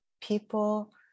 people